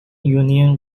union